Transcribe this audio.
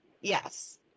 Yes